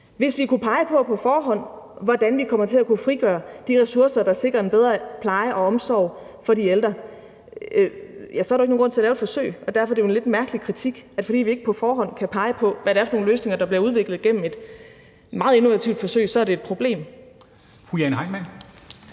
forhånd kunne pege på, hvordan vi kommer til at kunne frigøre de ressourcer, der sikrer en bedre pleje og omsorg for de ældre, ja, så var der jo ikke nogen grund til at lave et forsøg. Derfor er det jo en lidt mærkelig kritik, at fordi vi ikke på forhånd kan pege på, hvad det er for nogle løsninger, der bliver udviklet gennem et meget innovativt forsøg, så er det et problem. Kl. 12:12 Formanden